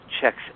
checks